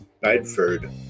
Bedford